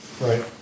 right